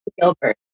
Gilbert